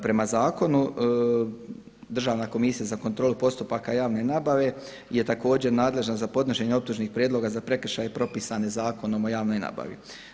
Prema Zakonu Državna komisija za kontrolu postupaka javne nabave je također nadležna za podnošenje optužnih prijedloga za prekršaje propisane Zakonom o javnoj nabavi.